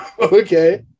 Okay